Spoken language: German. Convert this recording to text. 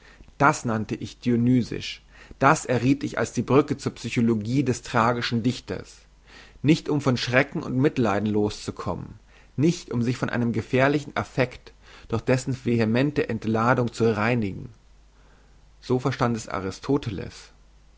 das nannte ich dionysisch das errieth ich als die brücke zur psychologie des tragischen dichters nicht um von schrecken und mitleiden loszukommen nicht um sich von einem gefährlichen affekt durch dessen vehemente entladung zu reinigen so verstand es aristoteles